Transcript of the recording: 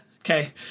okay